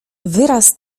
wyraz